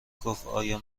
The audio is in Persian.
گفتآیا